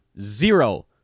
Zero